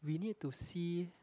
we need to see